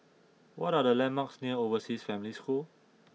what are the landmarks near Overseas Family School